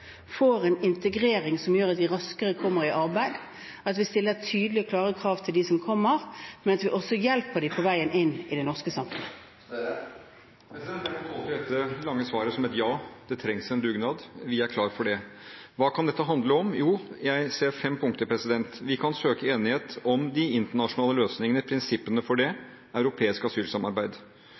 får en integrering som gjør at de raskere kommer i arbeid, at vi stiller tydelige og klare krav til dem som kommer, men også hjelper dem på veien inn i det norske samfunnet. Jeg må tolke dette lange svaret som et ja. Det trengs en dugnad. Vi er klar for det. Hva kan dette handle om? Jo, jeg ser fem punkter: Vi kan søke enighet om de internasjonale løsningene, prinsippene for det europeiske asylsamarbeid.